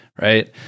right